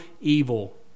evil